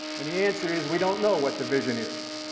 and the answer is we don't know what the vision is.